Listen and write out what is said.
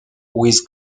with